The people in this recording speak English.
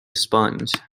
sponge